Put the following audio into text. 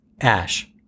Ash